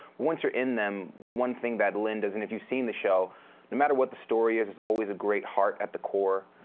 once you're in them, one thing that lin does and if you've seen the show no matter what the story, there's always a great heart at the core.